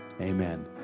amen